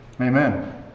Amen